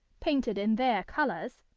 painted in their colours,